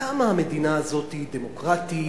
כמה המדינה הזאת היא דמוקרטית,